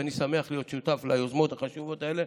ואני שמח להיות שותף ליוזמות החשובות האלה.